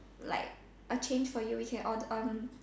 like a change for you we can or